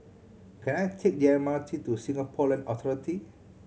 can I take the M R T to Singapore Land Authority